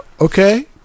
Okay